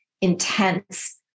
intense